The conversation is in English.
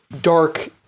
dark